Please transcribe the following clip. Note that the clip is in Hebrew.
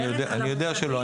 אני יודע שלא.